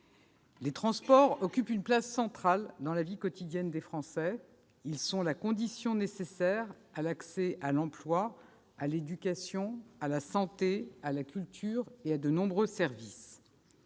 Les transports occupent une place centrale dans la vie quotidienne des Français, ils sont la condition nécessaire à l'accès à l'emploi, à l'éducation, à la santé, à la culture et à de nombreux services.